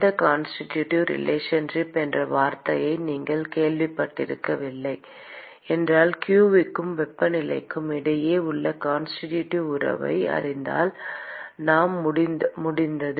இந்த constitutive relationship என்ற வார்த்தையை நீங்கள் கேள்விப்பட்டிருக்கவில்லை என்றால் q க்கும் வெப்பநிலைக்கும் இடையே உள்ள கான்ஸ்டிட்யூட்டிவ் உறவை அறிந்தால் நாம் முடிந்தது